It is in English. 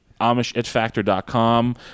Amishitfactor.com